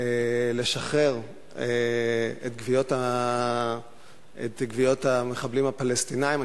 לשחרר את גוויות המחבלים הפלסטינים.